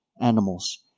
animals